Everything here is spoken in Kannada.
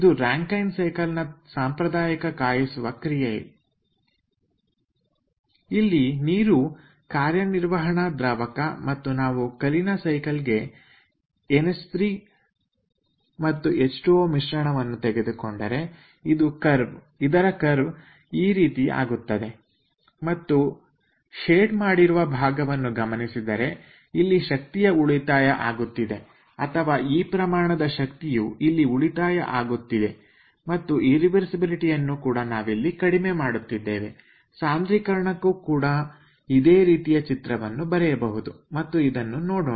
ಇದು ರಾಂಕೖೆನ್ ಸೈಕಲ್ ನ ಸಾಂಪ್ರದಾಯಿಕ ಕಾಯಿಸುವ ಕ್ರಿಯೆಯ ಇಲ್ಲಿ ನೀರು ಕಾರ್ಯನಿರ್ವಹಣ ದ್ರಾವಕ ಮತ್ತು ನಾವು ಕಲಿನ ಸೈಕಲ್ ಗೆ NH3 H20 ಮಿಶ್ರಣವನ್ನು ತೆಗೆದುಕೊಂಡರೆ ಇದರ ಕರ್ವ ಈ ರೀತಿ ಆಗುತ್ತದೆ ಮತ್ತು ಶೇಡ್ ಅಥವಾ ಮಬ್ಬು ಮಾಡಿರುವ ಭಾಗವನ್ನು ಗಮನಿಸಿದರೆ ಇಲ್ಲಿ ಶಕ್ತಿಯ ಉಳಿತಾಯ ಆಗುತ್ತಿದೆ ಅಥವಾ ಈ ಪ್ರಮಾಣದ ಶಕ್ತಿಯು ಇಲ್ಲಿ ಉಳಿತಾಯ ಆಗುತ್ತಿದೆ ಮತ್ತು ಇರ್ರಿವರ್ಸಿಬಲಿಟಿ ಯನ್ನು ಕೂಡ ನಾವಿಲ್ಲಿ ಕಡಿಮೆ ಮಾಡುತ್ತಿದ್ದೇವೆ ಸಾಂದ್ರೀಕರಣಕ್ಕು ಕೂಡ ಇದೇ ರೀತಿಯ ಚಿತ್ರವನ್ನು ಬರೆಯಬಹುದು ಮತ್ತು ಇದನ್ನು ನಾವು ನೋಡೋಣ